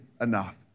enough